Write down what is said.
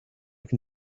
can